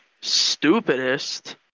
stupidest